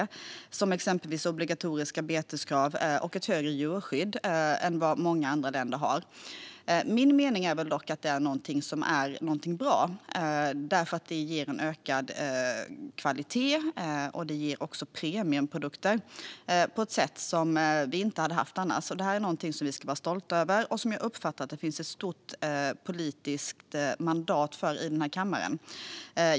Det handlar exempelvis om obligatoriska beteskrav och ett högre djurskydd än vad många andra länder har. Min mening är dock att det är någonting som är bra, för det ger en ökad kvalitet. Det ger också premiumprodukter som vi inte hade haft annars. Det här är någonting som vi ska vara stolta över, och jag uppfattar att det finns ett stort politiskt mandat för detta i kammaren.